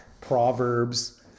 Proverbs